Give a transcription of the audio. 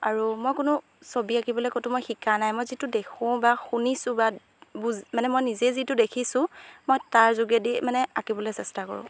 আৰু মই কোনো ছবি আঁকিবলৈ ক'তো মই শিকা নাই মই যিটো দেখোঁ বা শুনিছোঁ বা বুজ মানে মই নিজে যিটো দেখিছোঁ মই তাৰ যোগেদি মানে আঁকিবলৈ চেষ্টা কৰোঁ